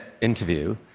interview